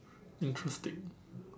interesting